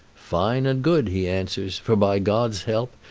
fine and good, he answers for, by god's help,